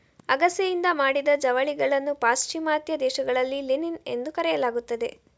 ಅಗಸೆಯಿಂದ ಮಾಡಿದ ಜವಳಿಗಳನ್ನು ಪಾಶ್ಚಿಮಾತ್ಯ ದೇಶಗಳಲ್ಲಿ ಲಿನಿನ್ ಎಂದು ಕರೆಯಲಾಗುತ್ತದೆ